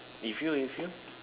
if you if you